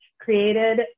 created